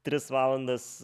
tris valandas